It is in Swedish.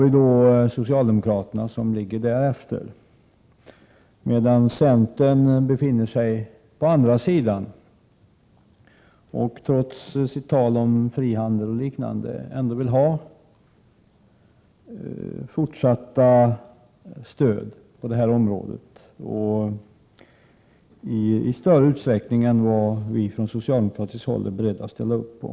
Vi socialdemokrater befinner oss ungefär i mitten, medan centern är på andra sidan. Trots sitt tal om frihandel och liknande vill man ändå ha fortsatta stöd på detta område i större utsträckning än vad vi socialdemokrater är beredda att ställa upp på.